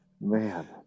man